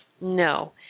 No